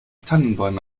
tannenbäume